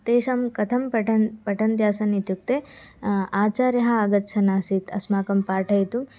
तेषां कथं पठनं पठन्त्यासन् इत्युक्ते आचार्यः आगच्छन् आसीत् अस्माकं पाठयितु